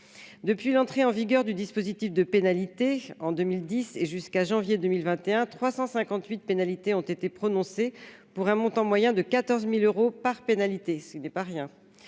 depuis l'entrée en vigueur du dispositif de pénalités en 2010 et jusqu'à janvier 2021 358 pénalités ont été prononcées pour un montant moyen de 14000 euros par pénalité c'est pas rien,